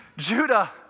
Judah